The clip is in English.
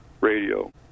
Radio